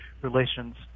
relations